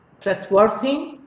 trustworthy